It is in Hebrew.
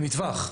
למטווח.